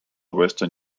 western